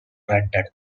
granted